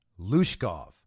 Lushkov